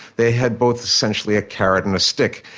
they had both essentially a carrot and a stick.